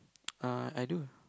ah I do